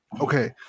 Okay